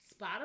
Spotify